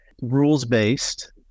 rules-based